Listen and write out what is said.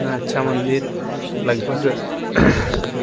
उतना अच्छा मन्दिर लगभग